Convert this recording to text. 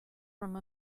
from